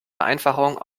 vereinfachung